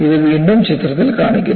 ഇത് വീണ്ടും ചിത്രത്തിൽ കാണിക്കുന്നു